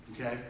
Okay